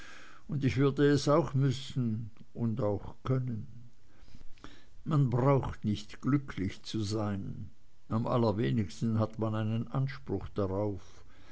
und ich würde es auch müssen und auch können man braucht nicht glücklich zu sein am allerwenigsten hat man einen anspruch darauf